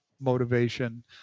motivation